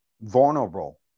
vulnerable